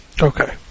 okay